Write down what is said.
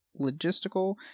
logistical